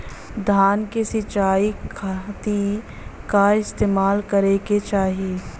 धान के सिंचाई खाती का इस्तेमाल करे के चाही?